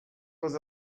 was